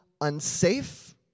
unsafe